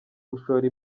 gushora